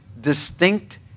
distinct